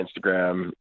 Instagram